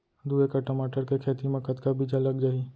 दू एकड़ टमाटर के खेती मा कतका बीजा लग जाही?